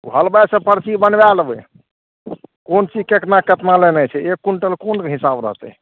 हलवाइसँ पर्ची बनबाय लेबय कोन चीज केतना केतना लेनाइ छै एक क्विंटल कोन हिसाब रहतय